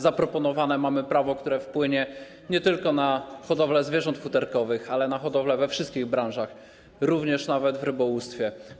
Zaproponowane mamy prawo, które wpłynie nie tylko na hodowlę zwierząt futerkowych, ale na hodowlę we wszystkich branżach, również nawet w rybołówstwie.